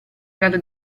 grado